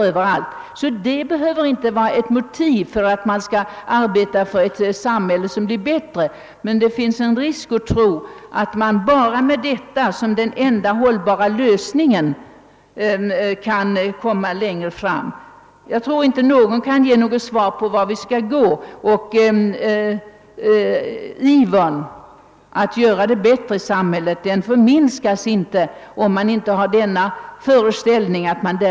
Ivern att göra samhället bättre även om man inte därigenom tror sig kunna besegra brottsligheten minskar inte. Det är emellertid riskabelt att tro att detta är lösningen för att komma till rätta med brottsligheten. Jag tror inte att någon kan säga vilken väg vi skall gå. Frågan är mycket komplicerad.